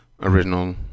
Original